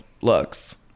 looks